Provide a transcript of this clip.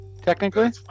Technically